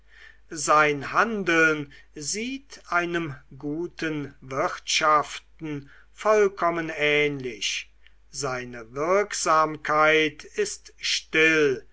sein handeln sieht einem guten wirtschaften vollkommen ähnlich seine wirksamkeit ist still